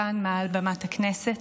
כאן מעל במת הכנסת: